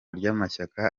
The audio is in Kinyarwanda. ry’amashyaka